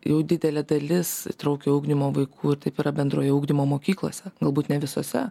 jau didelė dalis įtraukiojo ugdymo vaikų ir taip yra bendrojo ugdymo mokyklose galbūt ne visose